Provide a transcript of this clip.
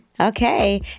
Okay